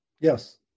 Yes